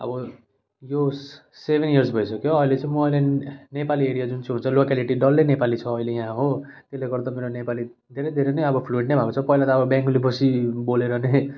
अब यो seven years भइसक्यो अहिले चाहिँ मैले नेपाली एरिया जुन चाहिँ हुन्छ लोकेलिटी डल्लै नेपाली छ अहिले यहाँ हो त्यसले गर्दा मेरो नेपाली धेरै धेरै नै अब फ्लुवेन्ट नै भएको छ पहिला त अब बङ्गाली बेसी बोलेर नै